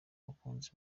mukunzi